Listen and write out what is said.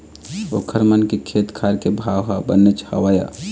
ओखर मन के खेत खार के भाव ह बनेच हवय